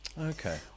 Okay